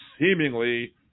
Seemingly